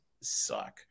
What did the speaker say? suck